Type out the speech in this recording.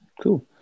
cool